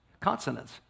consonants